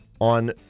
on